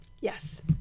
yes